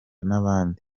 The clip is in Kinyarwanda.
n’abandi